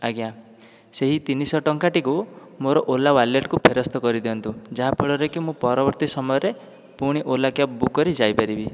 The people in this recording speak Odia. ଆଜ୍ଞା ସେହି ତିନିଶହ ଟଙ୍କାଟିକୁ ମୋ'ର ଓଲା ୱାଲେଟ୍କୁ ଫେରସ୍ତ କରିଦିଅନ୍ତୁ ଯାହାଫଳରେକି ମୁଁ ପରବର୍ତ୍ତୀ ସମୟରେ ପୁଣି ଓଲା କ୍ୟାବ୍ ବୁକ୍ କରି ଯାଇପାରିବି